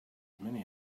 many